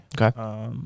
Okay